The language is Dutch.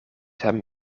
hem